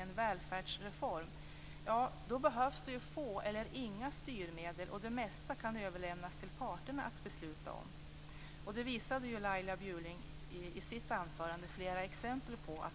en välfärdsreform, ja, då behövs det få eller inga styrmedel, och det mesta kan överlämnas till parterna att besluta om. Det visade Laila Bjurling i sitt anförande flera exempel på.